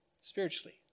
spiritually